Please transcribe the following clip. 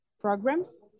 programs